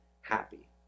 happy